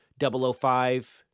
005